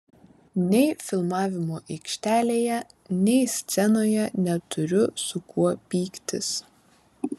nei filmavimo aikštelėje nei scenoje neturiu su kuo pyktis